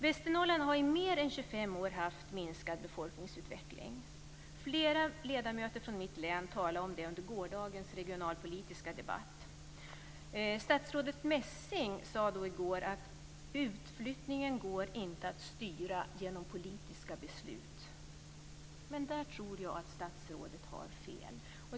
Västernorrland har i mer än 25 år haft minskad befolkningsutveckling. Flera ledamöter från mitt hemlän talade om det under gårdagens regionalpolitiska debatt. Statsrådet Messing sade då att utflyttningen inte går att styra genom politiska beslut. Men där tror jag att statsrådet har fel.